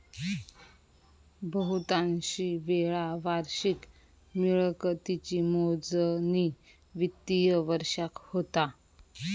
बहुतांशी वेळा वार्षिक मिळकतीची मोजणी वित्तिय वर्षाक होता